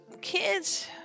kids